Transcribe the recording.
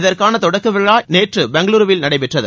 இதற்கான தொடக்க விழா நேற்று பெங்களுருவில் நடைபெற்றது